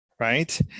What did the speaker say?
Right